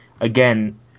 Again